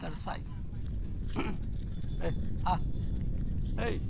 दर्शाइ ए आओर अइ